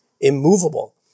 immovable